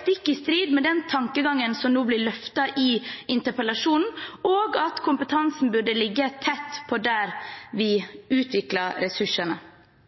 stikk i strid med den tankegangen som nå blir løftet i interpellasjonen, og at kompetansen burde ligge tett på der vi utvikler ressursene.